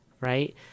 right